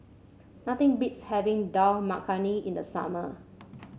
nothing beats having Dal Makhani in the summer